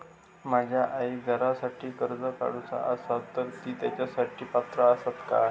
माझ्या आईक घरासाठी कर्ज काढूचा असा तर ती तेच्यासाठी पात्र असात काय?